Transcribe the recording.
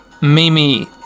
Mimi